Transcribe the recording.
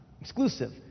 exclusive